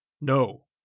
No